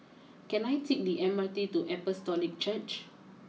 can I take the M R T to Apostolic Church